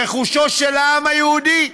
רכושו של העם היהודי.